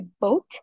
boat